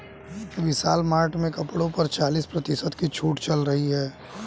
विशाल Mart में कपड़ों पर चालीस प्रतिशत की छूट चल रही है